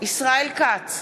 ישראל כץ,